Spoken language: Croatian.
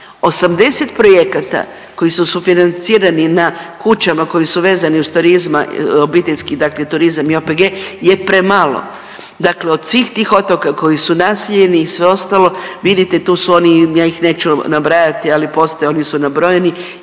80 projekata koji su sufinancirani na kućama koji su vezani uz turizma, obiteljski dakle turizam i OPG je premalo. Dakle, od svih tih otoka koji su naseljeni i sve ostalo, vidite tu su oni ja ih neću nabrajati, ali postoje oni su nabrojeni